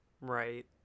Right